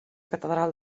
catedral